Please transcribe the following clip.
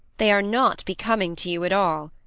they are not becoming to you at all.